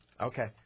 Okay